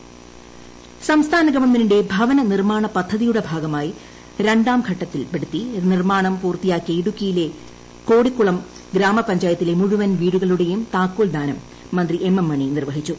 M M Mani Idukki സംസ്ഥാന ഗവൺമെന്റിന്റെ ഭവന നിർമാണ പദ്ധതിയുടെ ഭാഗമായി രണ്ടാം ഘട്ടത്തിൽപെടുത്തി നിർമാണം പൂർത്തിയാക്കിയ ഇടുക്കിയിലെ കോടിക്കുളം ഗ്രാമപഞ്ചായത്തിലെ മുഴുവൻ വീടുകളുടെയും താക്കോൽ ദാനം മന്ത്രി എം എം മണി നിർവഹിച്ചു